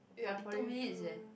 forty two minutes eh